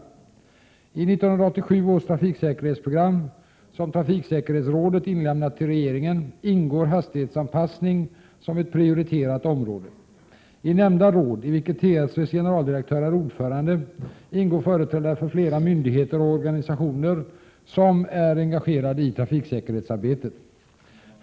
I 1987 års trafiksäkerhetsprogram — som trafiksäkerhetsrådet inlämnat till regeringen — ingår hastighetsanpassning som ett prioriterat område. I nämnda råd — i vilket TSV:s generaldirektör är ordförande — ingår företrädare för flera myndigheter och organisationer som är engagerade i trafiksäkerhetsarbetet.